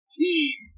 team